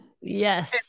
Yes